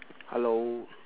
hello